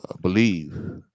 believe